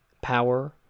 power